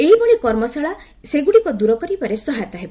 ଏହିଭଳି କର୍ମଶାଳା ସେଗୁଡ଼ିକ ଦୂର କରିବାରେ ସହାୟତା ହେବ